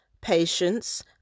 patience